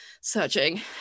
searching